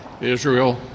Israel